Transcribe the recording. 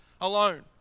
alone